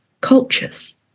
cultures